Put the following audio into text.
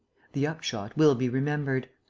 the upshot will be remembered.